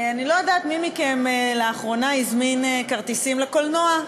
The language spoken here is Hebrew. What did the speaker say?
אני לא יודעת מי מכם לאחרונה הזמין כרטיסים לקולנוע,